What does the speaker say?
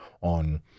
on